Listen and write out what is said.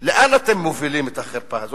לאן אתם מובילים את החרפה הזאת?